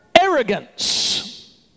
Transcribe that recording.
arrogance